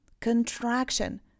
Contraction